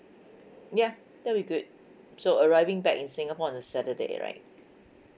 ya that'll be good so arriving back in singapore on the saturday right